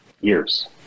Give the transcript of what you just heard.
years